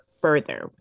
further